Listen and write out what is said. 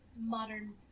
modern